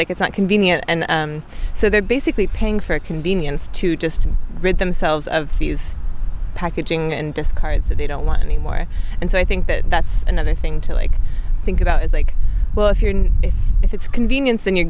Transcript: like it's not convenient and so they're basically paying for a convenience to just rid themselves of these packaging and discards that they don't want anyway and so i think that that's another thing to like think about is like well if you're in it if it's convenience and you're